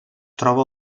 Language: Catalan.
troba